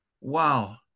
Wow